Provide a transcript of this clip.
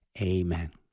amen